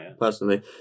personally